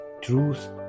truth